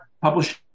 publishing